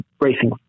racing